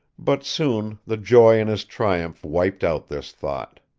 but soon the joy in his triumph wiped out this thought.